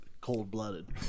cold-blooded